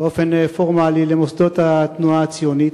באופן פורמלי למוסדות התנועה הציונית.